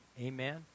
amen